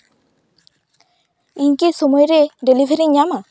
ᱤᱧᱠᱤ ᱥᱚᱢᱚᱭᱨᱮ ᱰᱮᱞᱤᱵᱷᱟᱨᱤᱧ ᱧᱟᱢᱟ